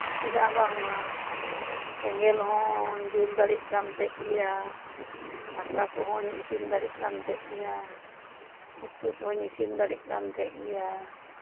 ᱪᱮᱫᱟᱜ ᱵᱟᱝᱢᱟ ᱥᱮᱸᱜᱮᱞ ᱦᱚᱧ ᱡᱩᱞ ᱫᱟᱲᱮᱭᱟᱜ ᱠᱟᱱ ᱛᱟᱦᱮᱸᱫ ᱜᱮᱭᱟ ᱫᱟᱠᱟ ᱠᱚᱦᱚᱧ ᱤᱥᱤᱱ ᱫᱟᱲᱮᱭᱟᱜ ᱠᱟᱱ ᱛᱟᱦᱮᱸᱫ ᱜᱮᱭᱟ ᱩᱛᱩ ᱠᱚᱦᱚᱧ ᱤᱥᱤᱱ ᱫᱟᱲᱮᱜ ᱠᱟᱱ ᱛᱟᱦᱮᱸᱫ ᱜᱮᱭᱟ